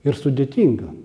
ir sudėtinga